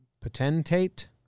potentate